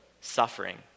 suffering